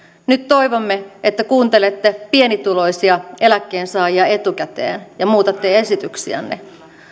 nyt toivomme että kuuntelette pienituloisia eläkkeensaajia etukäteen ja muutatte esityksiänne